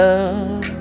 Love